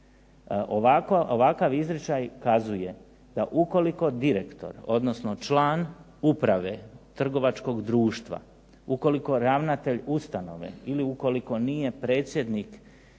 Ovakav izričaj kazuje da ukoliko direktor, odnosno član uprave trgovačkog društva, ukoliko ravnatelj ustanove ili ukoliko nije predsjednik